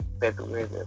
February